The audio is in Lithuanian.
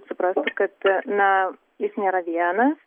suprasti kad na jis nėra vienas